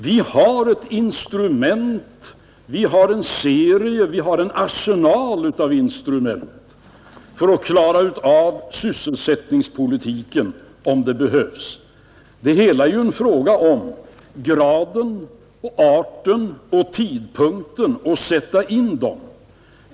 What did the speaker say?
Vi har en hel arsenal av instrument för att klara sysselsättningen, om det behövs. Det hela är en fråga om graden, arten och tidpunkten.